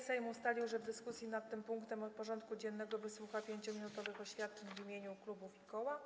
Sejm ustalił, że w dyskusji nad tym punktem porządku dziennego wysłucha 5-minutowych oświadczeń w imieniu klubów i koła.